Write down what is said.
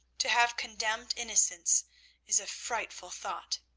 to have condemned innocence is a frightful thought